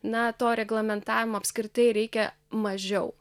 na to reglamentavimo apskritai reikia mažiau